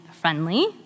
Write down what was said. friendly